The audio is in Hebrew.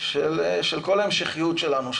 של כל ההמשכיות שלנו,